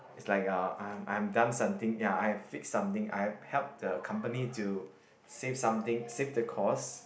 it's like um I'm done something I've done something ya I've fix something I have help the company to save something save the costs